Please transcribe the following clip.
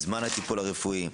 בזמן הטיפול הרפואי.